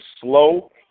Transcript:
slow